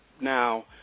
Now